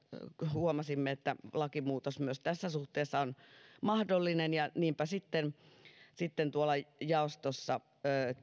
huomasimme että lakimuutos myös tässä suhteessa on mahdollinen ja niinpä sitten sitten tuolla jaostossa